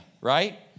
right